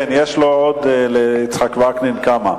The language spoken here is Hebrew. כן, יש ליצחק וקנין כמה,